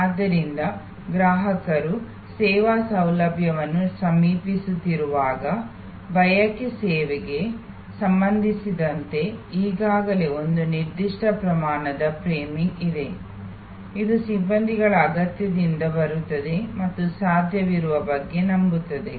ಆದ್ದರಿಂದ ಗ್ರಾಹಕರು ಸೇವಾ ಸೌಲಭ್ಯವನ್ನು ಸಮೀಪಿಸುತ್ತಿರುವಾಗ ಬಯಕೆ ಸೇವೆಗೆ ಸಂಬಂಧಿಸಿದಂತೆ ಈಗಾಗಲೇ ಒಂದು ನಿರ್ದಿಷ್ಟ ಪ್ರಮಾಣದ ಫ್ರೇಮಿಂಗ್ ಇದೆ ಇದು ಸಿಬ್ಬಂದಿಗಳ ಅಗತ್ಯದಿಂದ ಬರುತ್ತದೆ ಮತ್ತು ಸಾಧ್ಯವಿರುವ ಬಗ್ಗೆ ನಂಬುತ್ತದೆ